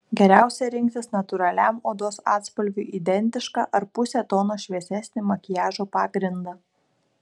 geriausia rinktis natūraliam odos atspalviui identišką ar puse tono šviesesnį makiažo pagrindą